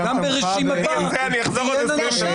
שגם ברשימתה תהיינה נשים.